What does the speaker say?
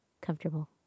comfortable